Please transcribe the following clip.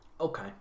Okay